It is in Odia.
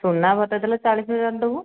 ସୁନା ପଟେ ଦେଲେ ଚାଳିଶି ହଜାର ଦେବୁ